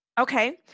Okay